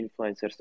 influencers